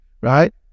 Right